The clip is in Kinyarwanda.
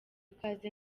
ikaze